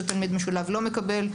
שתלמיד משולב לא מקבל,